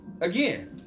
again